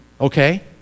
okay